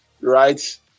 right